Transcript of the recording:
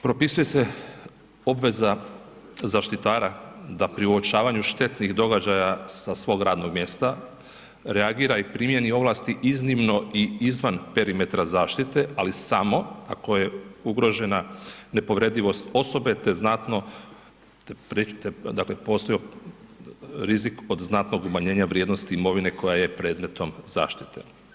Propisuje se obveza zaštitara da pri uočavanju štetnih događaja sa svog radnog mjesta reagira i primjeni ovlasti iznimno i izvan perimetra zaštite, ali samo ako je ugrožena neprovedivost osobe te znatno dakle postoji rizik od znatnog umanjenja vrijednosti imovine koja je predmetom zaštite.